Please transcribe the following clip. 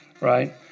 right